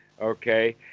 Okay